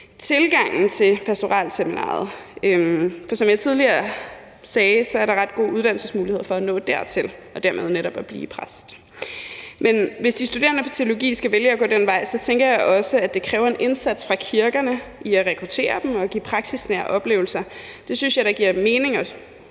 tilgangen til pastoralseminariet. For som jeg tidligere sagde, er der ret gode uddannelsesmuligheder for at nå dertil og dermed netop at blive præst. Men hvis de studerende på teologi skal vælge at gå den vej, tænker jeg, at det også kræver en indsats fra kirkerne for at rekruttere dem og give praksisnære oplevelser. Det synes jeg da det giver mening at